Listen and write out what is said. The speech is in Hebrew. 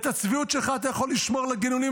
"אז את הצביעות שלך אתה יכול לשמור לגינונים